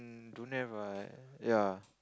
um don't have ah ya